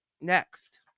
next